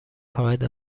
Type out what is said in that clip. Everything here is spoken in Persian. فقط